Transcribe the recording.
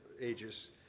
Ages